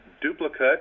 duplicate